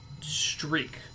streak